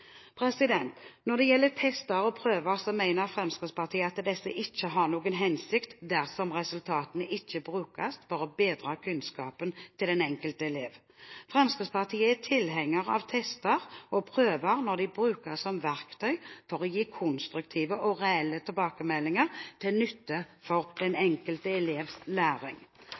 Når det gjelder tester og prøver, mener Fremskrittspartiet at de ikke har noen hensikt dersom resultatene ikke brukes til å bedre kunnskapen til den enkelte elev. Fremskrittspartiet er tilhenger av tester og prøver når de brukes som verktøy for å gi konstruktive og reelle tilbakemeldinger til nytte for den enkelte elevs læring.